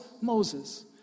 Moses